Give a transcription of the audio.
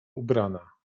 ubrana